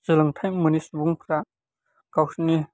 सोलोंथाइ मोनि सुबुंफ्रा गावसोरनि